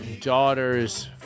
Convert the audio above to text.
daughter's